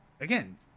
again